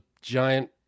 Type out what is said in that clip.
giant